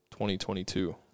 2022